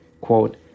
Quote